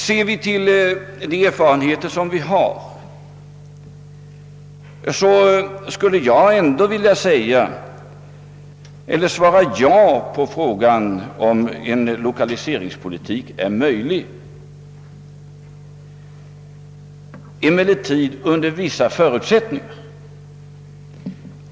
Med stöd av de erfarenheter vi har vill jag svara ja på frågan, huruvida lokaliseringspolitiken är möjlig — men under vissa förutsättningar.